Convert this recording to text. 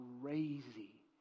crazy